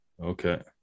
Okay